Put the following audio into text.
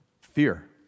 Fear